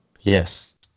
Yes